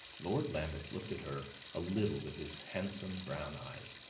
lord lambeth looked at her a little with his handsome brown eyes.